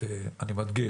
אני מדגיש,